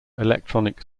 electronic